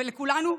לכולנו.